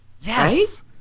Yes